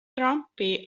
trumpi